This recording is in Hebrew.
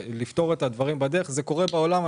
אלה דברים שקורים בעולם,